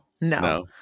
No